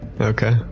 Okay